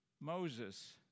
Moses